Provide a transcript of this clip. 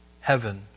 heaven